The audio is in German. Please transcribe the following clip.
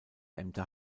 ämter